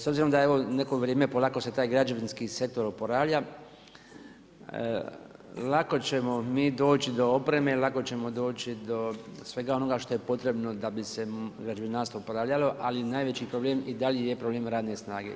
S obzirom da evo neko vrijeme polako se taj građevinski sektor oporavlja lako ćemo mi doći do opreme i lako ćemo doći do svega onoga što je potrebno da bi se građevinarstvo oporavljalo, ali najveći problem i dalje je problem radne snage.